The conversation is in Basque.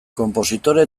konpositore